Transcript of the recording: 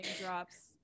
drops